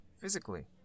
physically